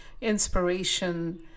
inspiration